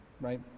right